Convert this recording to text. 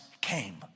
came